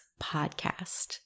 podcast